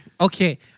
Okay